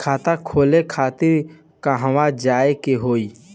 खाता खोले खातिर कहवा जाए के होइ?